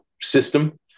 system